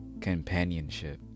companionship